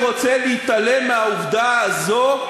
מי שרוצה להתעלם מהעובדה הזאת,